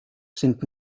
sind